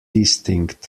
distinct